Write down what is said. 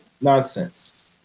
nonsense